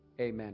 Amen